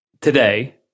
today